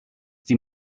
dir